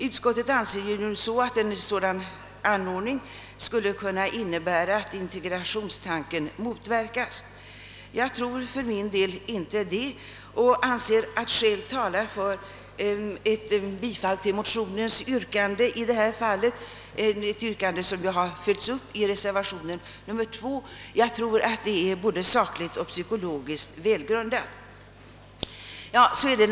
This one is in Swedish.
Utskottet anser att en sådan anordning skulle kunna innebära att integrationstanken motverkas. Jag tror inte det och anser skäl tala för ett bifall till motionens yrkande som har följts upp i reservation nr 2. Det är både sakligt och psykologiskt välgrundat.